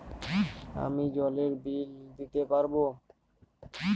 আমি জলের বিল দিতে পারবো?